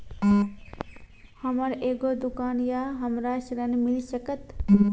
हमर एगो दुकान या हमरा ऋण मिल सकत?